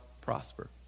prosper